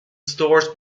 stores